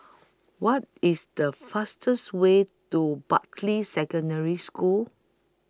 What IS The fastest Way to Bartley Secondary School